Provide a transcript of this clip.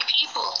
people